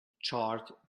chart